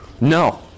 No